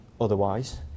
otherwise